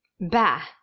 bah